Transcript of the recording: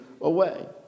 away